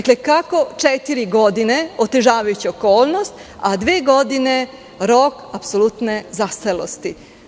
Kako četiri godine otežavajuća okolnost, a dve godine rok apsolutne zastarelosti?